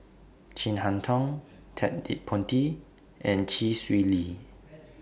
Chin Harn Tong Ted De Ponti and Chee Swee Lee